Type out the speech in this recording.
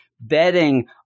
betting